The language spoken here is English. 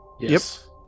yes